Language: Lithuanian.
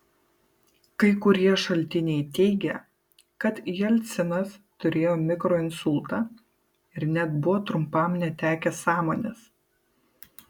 kai kurie šaltiniai teigia kad jelcinas turėjo mikroinsultą ir net buvo trumpam netekęs sąmonės